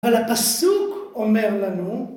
על הפסוק אומר לנו